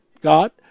god